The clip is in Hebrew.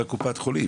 מישהו מקופת החולים.